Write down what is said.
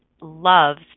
loves